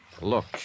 Look